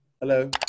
hello